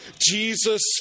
Jesus